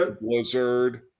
Blizzard